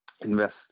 invest